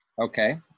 Okay